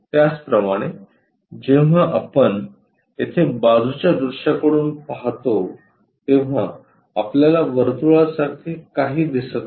त्याचप्रमाणे जेव्हा आपण येथे बाजूच्या दृश्याकडून पाहतो तेव्हा आपल्याला वर्तुळासारखे काही दिसत नाही